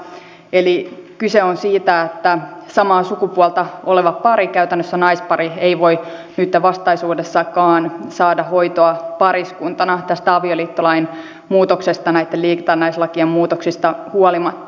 eli kyse on siitä että samaa sukupuolta oleva pari käytännössä naispari ei voi nytten vastaisuudessakaan saada hoitoa pariskuntana tästä avioliittolain muutoksesta ja näitten liitännäislakien muutoksista huolimatta